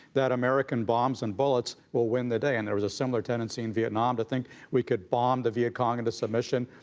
that american bombs and bullets will win the day. and there was a similar tendency in vietnam to think we could bomb the viet cong into submission.